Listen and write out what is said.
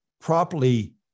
properly